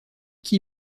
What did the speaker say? qui